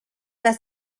las